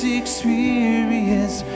experience